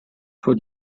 vor